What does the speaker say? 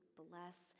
bless